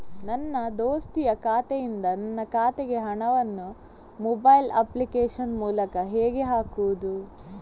ನನ್ನ ದೋಸ್ತಿಯ ಖಾತೆಯಿಂದ ನನ್ನ ಖಾತೆಗೆ ಹಣವನ್ನು ಮೊಬೈಲ್ ಅಪ್ಲಿಕೇಶನ್ ಮೂಲಕ ಹೇಗೆ ಹಾಕುವುದು?